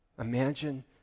imagine